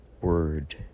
word